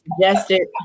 suggested